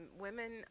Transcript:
women